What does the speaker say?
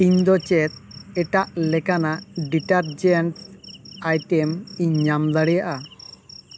ᱤᱧ ᱫᱚ ᱪᱮᱫ ᱮᱴᱟᱜ ᱞᱮᱠᱟᱱᱟᱜ ᱰᱮᱴᱟᱨᱡᱮᱱᱥ ᱟᱭᱴᱮᱢ ᱤᱧ ᱧᱟᱢ ᱫᱟᱲᱮᱭᱟᱜᱼᱟ